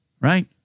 right